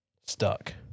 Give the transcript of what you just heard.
Stuck